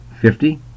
fifty